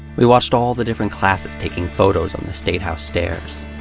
we watched all the different classes taking photos on the state house stairs.